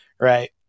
right